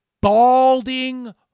balding